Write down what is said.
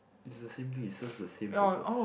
it is the same thing it serve the same purpose